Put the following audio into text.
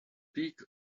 peak